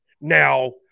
Now